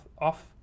off